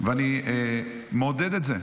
ואני מעודד את זה.